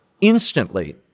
instantly